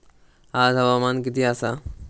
आज हवामान किती आसा?